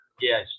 yes